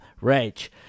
rage